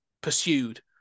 pursued